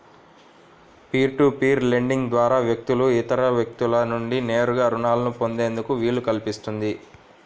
peer to peer lending ద్వారా వ్యక్తులు ఇతర వ్యక్తుల నుండి నేరుగా రుణాలను పొందేందుకు వీలు కల్పిస్తుంది